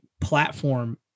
platform